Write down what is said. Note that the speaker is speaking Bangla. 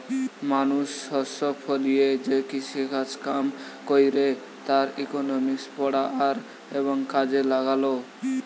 মানুষ শস্য ফলিয়ে যে কৃষিকাজ কাম কইরে তার ইকোনমিক্স পড়া আর এবং কাজে লাগালো